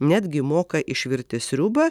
netgi moka išvirti sriubą